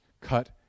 cut